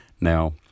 Now